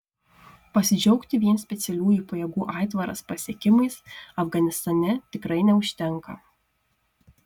pasidžiaugti vien specialiųjų pajėgų aitvaras pasiekimais afganistane tikrai neužtenka